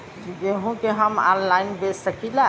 गेहूँ के हम ऑनलाइन बेंच सकी ला?